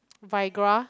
Viagra